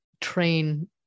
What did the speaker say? train